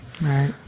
Right